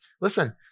Listen